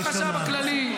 גם החשב הכללי,